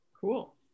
cool